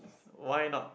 why not